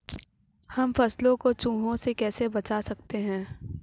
हम फसलों को चूहों से कैसे बचा सकते हैं?